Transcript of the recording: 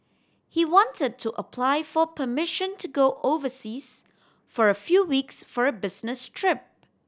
he wanted to apply for permission to go overseas for a few weeks for a business trip